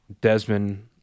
Desmond